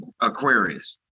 aquarius